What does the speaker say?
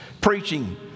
preaching